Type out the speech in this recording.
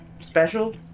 special